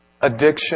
addiction